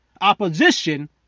opposition